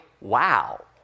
wow